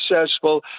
successful